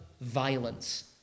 violence